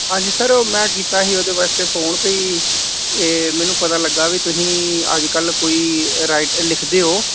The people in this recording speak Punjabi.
ਹਾਂਜੀ ਸਰ ਉਹ ਮੈਂ ਕੀਤਾ ਸੀ ਉਹਦੇ ਵਾਸਤੇ ਫੋਨ ਬਈ ਇਹ ਮੈਨੂੰ ਪਤਾ ਲੱਗਿਆ ਵੀ ਤੁਸੀਂ ਅੱਜ ਕੱਲ੍ਹ ਕੋਈ ਰਾਈਟ ਲਿਖਦੇ ਹੋ